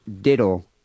diddle